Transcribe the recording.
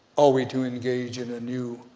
are we to engage in a new,